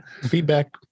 Feedback